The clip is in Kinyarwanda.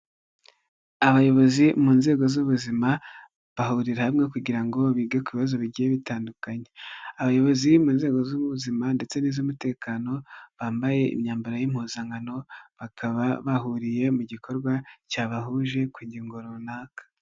Abayobozi mu nzego z'ubuzima bahurira hamwe kugira ngo bige ibibazo bigiye bitandukanye, abayobozi mu nzego z'ubuzima ndetse n'iz'umutekano bambaye imyambaro y'impuzankano bakaba bahuriye mu gikorwa cyabahuje ku ngingo runaka.